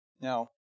Now